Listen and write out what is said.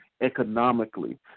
economically